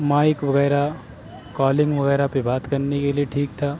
mic وغیرہ calling وغیرہ پہ بات کرنے کے لیے ٹھیک تھا